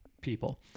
people